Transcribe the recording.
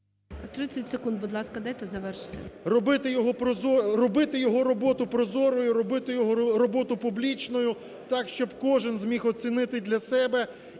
30 секунд, будь ласка, дайте завершити. ВЛАСЕНКО С.В. Робити його роботу прозорою, робити його роботу публічною, так, щоб кожен зміг оцінити для себе